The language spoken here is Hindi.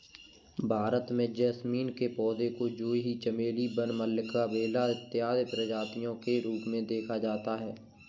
भारत में जैस्मीन के पौधे को जूही चमेली वन मल्लिका बेला इत्यादि प्रजातियों के रूप में देखा जाता है